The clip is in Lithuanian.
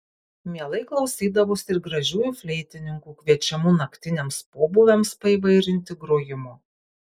mielai klausydavosi ir gražiųjų fleitininkų kviečiamų naktiniams pobūviams paįvairinti grojimo